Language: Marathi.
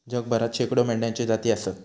जगभरात शेकडो मेंढ्यांच्ये जाती आसत